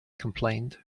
complained